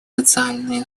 социальные